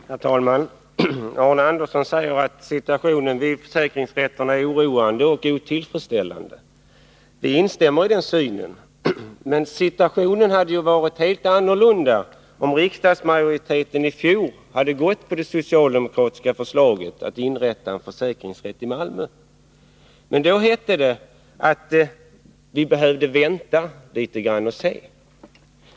Herr talman! Arne Andersson i Gustafs säger att situationen vid försäkringsrätterna är oroande och otillfredsställande. Vi instämmer i den synen. Men situationen hade ju varit helt annorlunda om riksdagsmajoriteten i fjol hade bifallit det socialdemokratiska förslaget att inrätta en försäkringsrätt i Malmö. Men då hette det att vi skulle vänta och se.